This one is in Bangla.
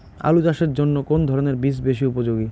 আলু চাষের জন্য কোন ধরণের বীজ বেশি উপযোগী?